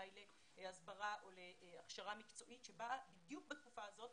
אולי להסברה או להכשרה מקצועית שבאה בדיוק בתקופה הזאת